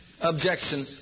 objection